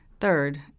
Third